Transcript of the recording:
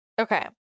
Okay